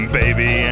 baby